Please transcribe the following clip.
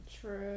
True